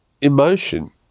emotion